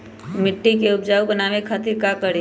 मिट्टी के उपजाऊ बनावे खातिर का करी?